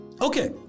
Okay